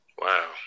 Wow